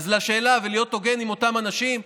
לשאלה אם להיות הוגן עם אותם אנשים,